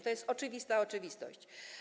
To jest oczywista oczywistość.